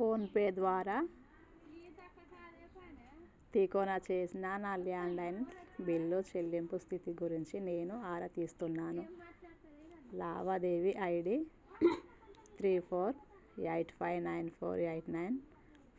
PhonePe ద్వారా తికోనా చేసిన నా ల్యాండ్లైన్ బిల్లు చెల్లింపు స్థితి గురించి నేను ఆరా తీస్తున్నాను లావాదేవీ I D three four eight five nine four eight nine